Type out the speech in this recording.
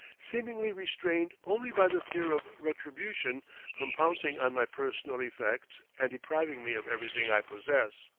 seemingly restrained only by the fear of retribution from pouncing on my personal effects and depriving me of everything i possess.